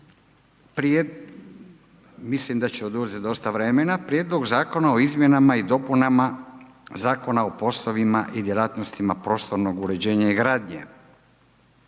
Prva je, mislim da će oduzeti dosta vremena, Prijedlog zakona o Izmjenama i dopunama Zakona o poslovima i djelatnostima prostornog uređenja i gradnje,